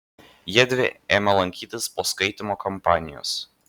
jiedvi ėmė lankytis po skaitymo kampanijos